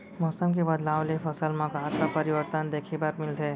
मौसम के बदलाव ले फसल मा का का परिवर्तन देखे बर मिलथे?